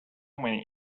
many